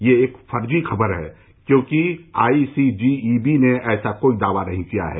यह एक फर्जी खबर है क्योंकि आईसीजीईबी ने ऐसा कोई दावा नहीं किया है